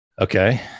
Okay